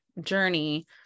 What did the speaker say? journey